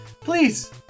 please